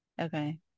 Okay